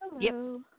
Hello